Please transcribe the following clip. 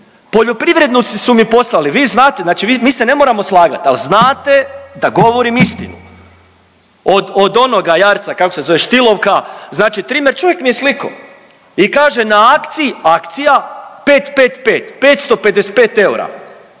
Poljoprivrednici su mi poslali, vi znate, znači mi se ne moramo slagat, ali znate da govorim istinu. Od onoga jarca kako se zove Stihl-ovka znači trimer, čovjek mi je slikao i kaže na akciji, akcija 555, petsto